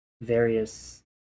Various